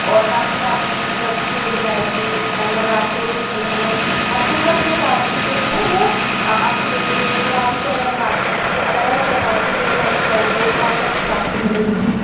और बाकी आपको बर्फी मिल जाएगी नवरात्रों के समय में आपको हर प्रकार की जो हैं वो आपको मिलती है दिवाली पे अगर हम बात करें तो अलग अलग प्रकार की जो हैं वो कैंडल्स मोमबत्ती आपको मिलेंगी